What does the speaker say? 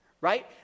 right